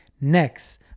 next